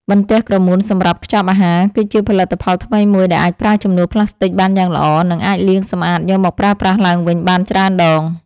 បន្ទះក្រមួនសម្រាប់ខ្ចប់អាហារគឺជាផលិតផលថ្មីមួយ ដែលអាចប្រើជំនួសផ្លាស្ទិកបានយ៉ាងល្អ និង អាចលាងសម្អាតយកមកប្រើប្រាស់ឡើងវិញបានច្រើនដង។